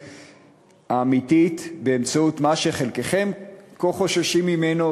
האמיתית באמצעות מה שחלקכם כה חוששים ממנו,